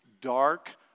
dark